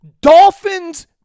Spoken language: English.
Dolphins